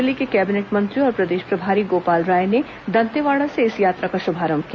दिल्ली के कैबिनेट मंत्री और प्रदेश प्रभारी गोपाल राय ने दंतेवाड़ा से इस यात्रा का शुभारंभ किया